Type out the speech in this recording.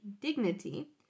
Dignity